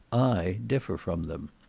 i differ from them.